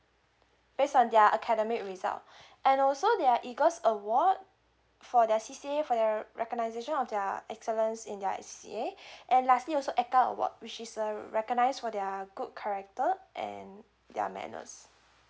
based on their academic result and also they are eagles award for their C_C_A for their recognization of their excellent in their C_C_A and lastly also award which is uh recognize for their good character and their manners